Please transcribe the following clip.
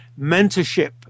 mentorship